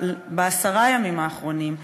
בעשרת הימים האחרונים,